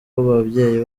ababyeyi